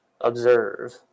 Observe